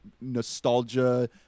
nostalgia